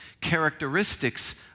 characteristics